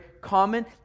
common